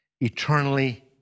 eternally